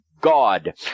God